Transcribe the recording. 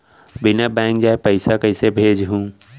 बिना बैंक जाये पइसा कइसे भेजहूँ?